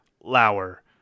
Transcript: Lauer